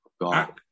God